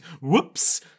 Whoops